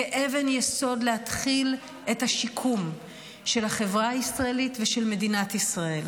כאבן יסוד להתחלת השיקום של החברה הישראלית ושל מדינת ישראל,